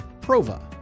Prova